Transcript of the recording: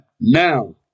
now